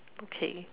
okay